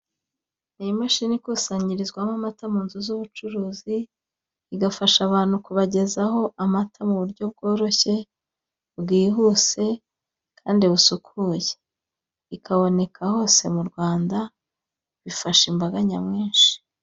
Iyi mashini ikusanyirizwamo amata mu nzu z'ubucuruzi, igafasha abantu kubagezaho amata mu buryo bworoshye, bwihuse kandi busukuye, ikaboneka hose mu Rwanda ifasha imbaga nyamwinshi.